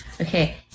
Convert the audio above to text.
Okay